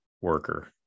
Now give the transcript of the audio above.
worker